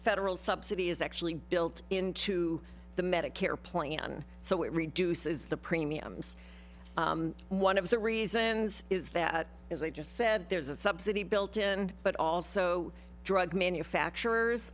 federal subsidy is actually built into the medicare plan so it reduces the premiums one of the reasons is that if they just said there's a subsidy built in but also drug manufacturers